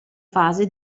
fase